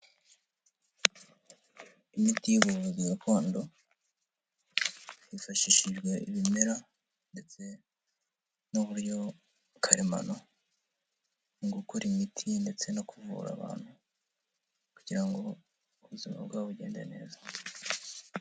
Imiti y'ubuvuzi gakondo hifashishijwe ibimera ndetse n'uburyo karemano mu gukora imiti ndetse no kuvura abantu kugira ngo ubuzima bwabo bugende neza.